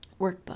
workbook